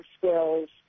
skills